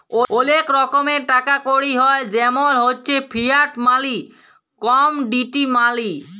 ওলেক রকমের টাকা কড়ি হ্য় জেমল হচ্যে ফিয়াট মালি, কমডিটি মালি